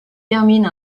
termine